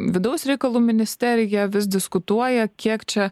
vidaus reikalų ministerija vis diskutuoja kiek čia